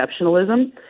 exceptionalism